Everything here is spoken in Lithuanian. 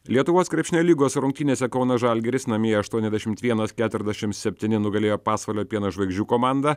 lietuvos krepšinio lygos rungtynėse kauno žalgiris namie aštuoniasdešimt vienas keturiasdešim septyni nugalėjo pasvalio pieno žvaigždžių komandą